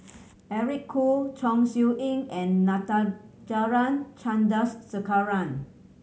Eric Khoo Chong Siew Ying and Natarajan Chandrasekaran